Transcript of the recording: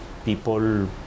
people